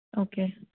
okay